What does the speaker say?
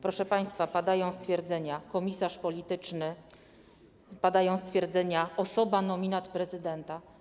Proszę państwa, padają stwierdzenia: komisarz polityczny, padają stwierdzenia: osoba, nominat prezydenta.